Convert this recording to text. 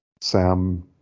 Sam